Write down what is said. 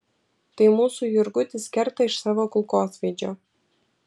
tai mūsų jurgutis kerta iš savo kulkosvaidžio